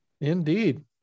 indeed